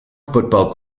football